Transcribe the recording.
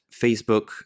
Facebook